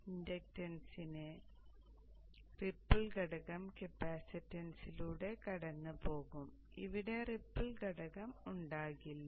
ഇൻഡക്റ്റൻസിന്റെ ripple ഘടകം കപ്പാസിറ്റൻസിലൂടെ കടന്നുപോകും ഇവിടെ റിപ്പിൾ ഘടകം ഉണ്ടാകില്ല